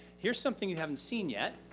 heres something you haven't seen yet.